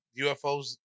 UFOs